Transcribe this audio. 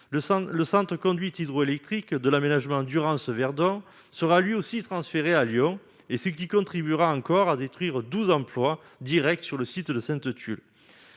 le Centre conduite hydroélectrique de l'aménagement Durance Verdon sera lui aussi transféré à Lyon et, ce qui contribuera encore à détruire 12 emplois Directs sur le site de Sainte-Tulle,